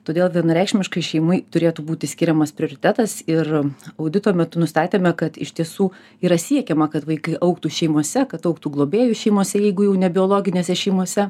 todėl vienareikšmiškai šeimai turėtų būti skiriamas prioritetas ir audito metu nustatėme kad iš tiesų yra siekiama kad vaikai augtų šeimose kad augtų globėjų šeimose jeigu jau ne biologinėse šeimose